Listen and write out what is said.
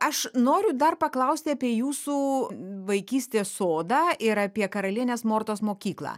aš noriu dar paklausti apie jūsų vaikystės sodą ir apie karalienės mortos mokyklą